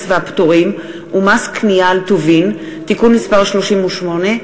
והפטורים ומס קנייה על טובין (תיקון מס' 38),